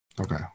Okay